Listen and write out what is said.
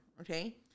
Okay